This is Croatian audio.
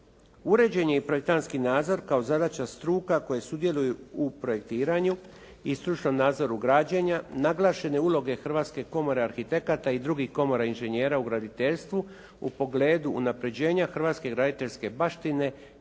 Uređen je i projektantski nadzor kao zadaća struka koje sudjeluju u projektiranju i stručnom nadzoru građenja, naglašene uloge Hrvatske komore arhitekata i drugih komora inženjera u graditeljstvu u pogledu unapređenja hrvatske graditeljske baštine i krajobraznih